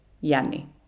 Yanni